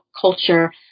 culture